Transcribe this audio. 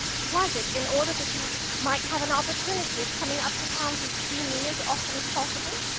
was it in order that you might have an opportunity of coming up to town to see me as often as possible?